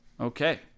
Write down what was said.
Okay